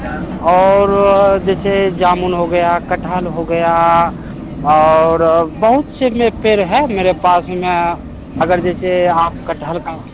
और जैसे जामुन हो गया कटहल हो गया और बहुत से में पेड़ है पास में अगर जैसे आप कटहल का